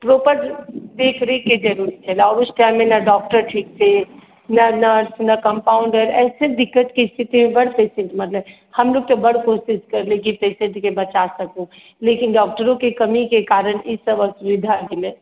proper देखरेखके जरूरी छलै उस टाइममे ने डॉक्टर ठीक से ने नर्स ने कम्पाउंडर ऐसे दिक्कतके स्थितिमे बड्ड पेशेंट मरलै हमलोग तऽ बड्ड कोशिश करलियै कि पेशेंटके बचा सकू लेकिन डॉक्टरोके कमीके कारण ईसभ असुविधा भेलै